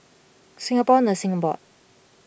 Singapore Nursing Board